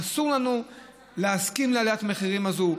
אסור לנו להסכים לעליית המחירים הזו.